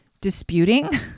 disputing